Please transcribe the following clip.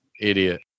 idiot